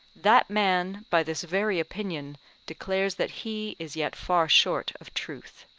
that man by this very opinion declares that he is yet far short of truth.